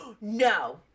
No